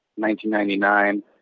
1999